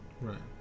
Right